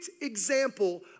example